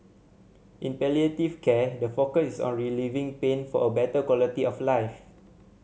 in palliative care the focus is on relieving pain for a better quality of life